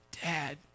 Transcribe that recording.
dad